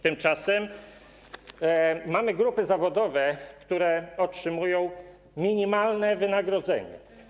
Tymczasem mamy grupy zawodowe, które otrzymują minimalne wynagrodzenie.